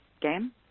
game